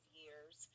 years